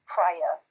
prior